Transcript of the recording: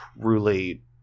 truly